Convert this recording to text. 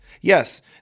Yes